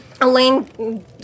Elaine